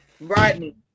Rodney